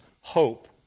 hope